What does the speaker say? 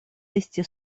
esti